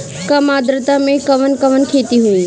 कम आद्रता में कवन कवन खेती होई?